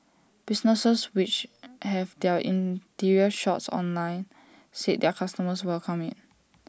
businesses which have their interior shots online said their customers welcome IT